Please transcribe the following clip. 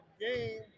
game